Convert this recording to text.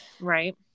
Right